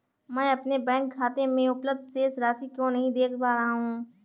मैं अपने बैंक खाते में उपलब्ध शेष राशि क्यो नहीं देख पा रहा हूँ?